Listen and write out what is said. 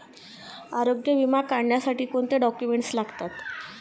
आरोग्य विमा काढण्यासाठी कोणते डॉक्युमेंट्स लागतात?